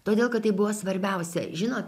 todėl kad tai buvo svarbiausia žinot